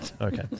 okay